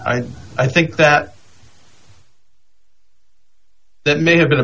and i think that that may have been a